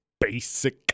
basic